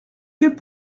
fait